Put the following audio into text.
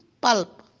Pulp